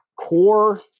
core